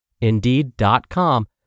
Indeed.com